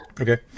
Okay